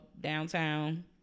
downtown